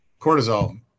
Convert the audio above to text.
cortisol